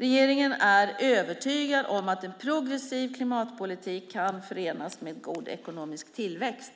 Regeringen är övertygad om att en progressiv klimatpolitik kan förenas med god ekonomisk tillväxt.